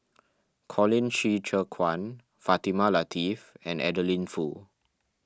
Colin Qi Zhe Quan Fatimah Lateef and Adeline Foo